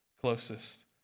closest